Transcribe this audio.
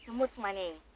what's my name?